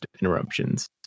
interruptions